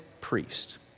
priest